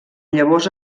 llavors